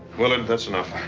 willard, that's enough.